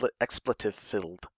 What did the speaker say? expletive-filled